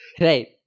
right